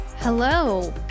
Hello